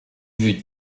vue